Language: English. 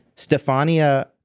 stephania,